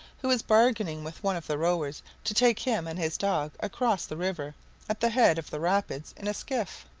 who was bargaining with one of the rowers to take him and his dog across the river at the head of the rapids in a skiff.